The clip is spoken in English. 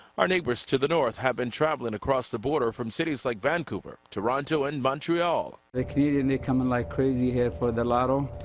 our neighbors to the north have been travelling across the border from cities like vancouver, toronto, and montreal. the canadians. they coming like crazy here for the lotto.